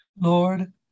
Lord